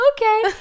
Okay